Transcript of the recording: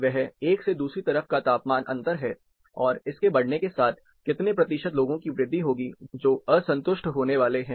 वह एक से तरफ दूसरी तरफ का तापमान अंतर है और इसके बढ़ने के साथ कितने प्रतिशत लोगों की वृद्धि होगी जो असंतुष्ट होने वाले हैं